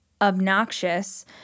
obnoxious